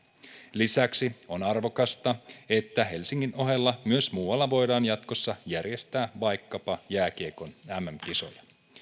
lisäksi on arvokasta että helsingin ohella myös muualla voidaan jatkossa järjestää vaikkapa jääkiekon mm kisoja